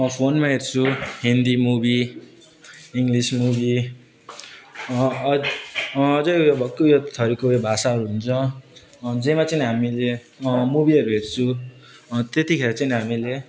फोनमा हेर्छु Hindi movie English movie अझ अझै यो भक्कु थरीको यो भाषाहरू हुन्छ जेमा चाहिँ हामीले मुभीहरू हेर्छु त्यतिखेर चाहिँ नि हामीले